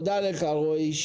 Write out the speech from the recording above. תודה רועי.